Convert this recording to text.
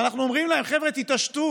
ואנחנו אומרים להם: חבר'ה, תתעשתו,